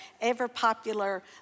ever-popular